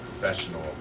professional